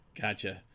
Gotcha